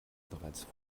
bereits